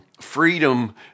freedom